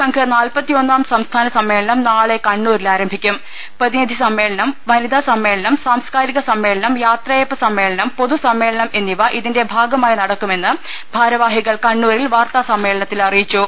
സംഘ് നാൽപത്തി ഒന്നാം സംസ്ഥാന സമ്മേളനം നാളെ കണ്ണൂരിൽ ആരംഭിക്കും പ്രതിനിധി സമ്മേളനം വനിത സമ്മേളനം സാംസ്കാരിക സമ്മേളനം യാത്രയയപ്പ് സമ്മേളനം പൊതുസമ്മേളനം എന്നിവ ഇതിന്റ ഭാഗമായി നടക്കുമെന്ന് ഭാരവാഹികൾ കണ്ണൂരിൽ വാർത്താ സമ്മേളനത്തിൽ അറിയിച്ചു